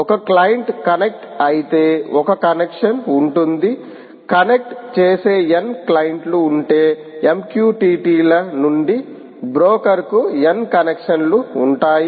ఒక client connect అయితే ఒక కనెక్షన్ ఉంటుంది కనెక్ట్ చేసే n క్లయింట్లు ఉంటే MQTT ల నుండి బ్రోకర్ కు n కనెక్షన్లు ఉంటాయి